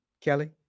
Kelly